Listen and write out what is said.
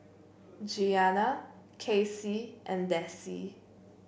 Giana Kacy and Dessie